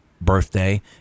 birthday